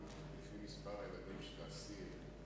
גם לפי מספר הילדים של אסיר,